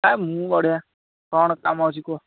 ଆରେ ମୁଁ ବଢିଆ କ'ଣ କାମ ଅଛି କୁହ